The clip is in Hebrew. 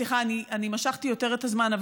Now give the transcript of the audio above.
סליחה, אני משכתי יותר את הזמן.